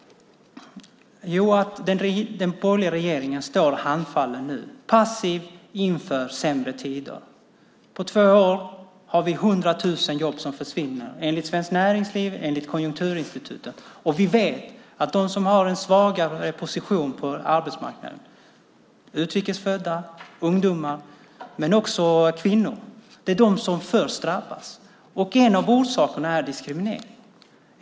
Den borgerliga regeringen står handfallen och passiv inför sämre tider. På två år försvinner 100 000 jobb enligt Svenskt Näringsliv och Konjunkturinstitutet. Vi vet att de som har en svagare position på arbetsmarknaden, utrikes födda och ungdomar, men också kvinnor, är de som drabbas först. En av orsakerna är diskriminering.